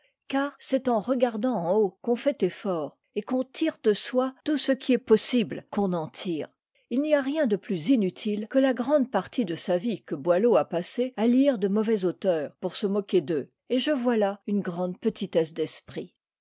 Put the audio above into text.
car c'est en regardant en haut qu'on fait effort et qu'on tire de soi tout ce qui est possible qu'on en tire il n'y a rien de plus inutile que la grande partie de sa vie que boileau a passée à lire de mauvais auteurs pour se moquer d'eux et je vois là une grande petitesse d'esprit